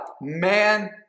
Man